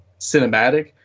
cinematic